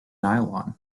nylon